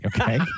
okay